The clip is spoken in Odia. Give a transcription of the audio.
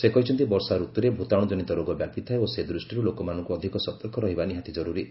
ସେ କହିଛନ୍ତି ବର୍ଷା ରତୁରେ ଭୂତାଣୁ ଜନିତ ରୋଗ ବ୍ୟାପିଥାଏ ଓ ସେ ଦୃଷ୍ଟିରୁ ଲୋକମାନଙ୍କୁ ଅଧିକ ସତର୍କ ରହିବା ନିହାତି ଜରୁରୀ